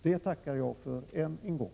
Det tackar jag för än en gång.